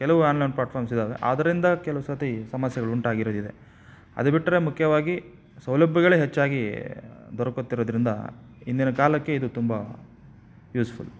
ಕೆಲವು online platforms ಇದ್ದಾವೆ ಆದ್ದರಿಂದ ಕೆಲವು ಸರ್ತಿ ಸಮಸ್ಯೆಗಳು ಉಂಟಾಗಿರೋದಿದೆ ಅದು ಬಿಟ್ಟರೆ ಮುಖ್ಯವಾಗಿ ಸೌಲಭ್ಯಗಳೇ ಹೆಚ್ಚಾಗಿ ದೊರಕುತ್ತಿರೋದರಿಂದ ಇಂದಿನ ಕಾಲಕ್ಕೆ ಇದು ತುಂಬ ಯೂಸ್ಫುಲ್